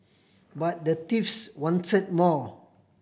but the thieves wanted more